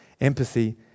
empathy